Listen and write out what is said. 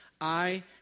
I